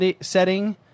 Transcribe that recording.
setting